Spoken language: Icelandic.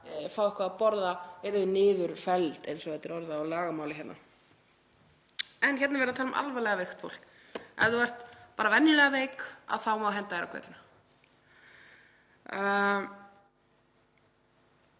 fá eitthvað að borða, yrðu niður felld, eins og þetta er orðað á lagamáli hérna. En hérna er verið að tala um alvarlega veikt fólk. Ef þú ert bara venjulegan veik þá má henda þér á götuna: